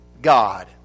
God